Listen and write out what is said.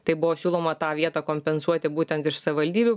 tai buvo siūloma tą vietą kompensuoti būtent iš savivaldybių